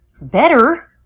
better